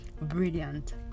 brilliant